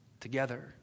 together